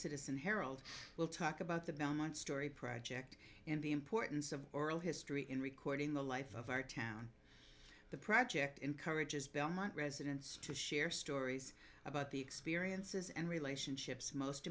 citizen herald will talk about the belmont story project in the importance of oral history in recording the life of our town the project encourages belmont residents to share stories about the experiences and relationships most